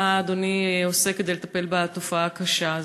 מה אדוני עושה כדי לטפל בתופעה הקשה הזאת?